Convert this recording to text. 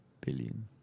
Billion